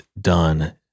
done